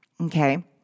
Okay